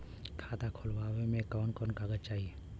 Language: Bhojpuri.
खाता खोलवावे में कवन कवन कागज चाही?